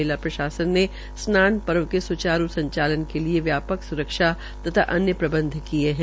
मेला प्रशासन ने स्नान पर्व के स्चारू संचालन के लिये व्यापक सुरक्षा तथा अन्य प्रबंध किये है